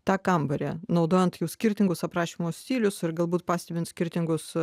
tą kambarį naudojant skirtingus aprašymo stilius ir galbūt pastebint skirtingus